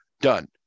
done